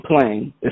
playing